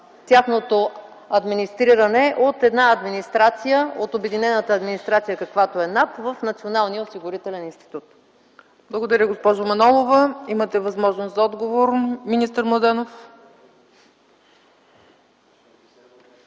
тяхното администриране от една администрация, от обединената администрация, каквато е НАП, в Националния осигурителен институт? ПРЕДСЕДАТЕЛ ЦЕЦКА ЦАЧЕВА: Благодаря, госпожо Манолова. Имате възможност за отговор, министър Младенов.